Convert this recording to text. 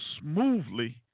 smoothly